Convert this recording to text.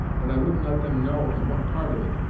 but i wouldn't let them know in what part of it,